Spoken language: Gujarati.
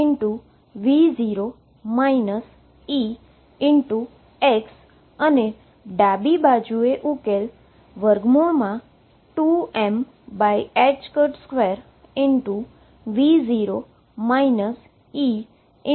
અહીં e 2m2V0 Ex અને ડાબી બાજુએ ઉકેલ 2m2V0 Ex થી ડીકે થાય છે